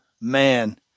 Man